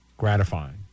gratifying